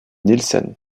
nielsen